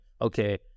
okay